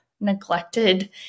neglected